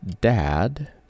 Dad